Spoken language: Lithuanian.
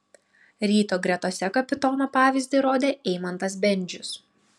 ryto gretose kapitono pavyzdį rodė eimantas bendžius